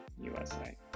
USA